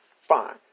Fine